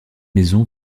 maison